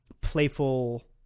playful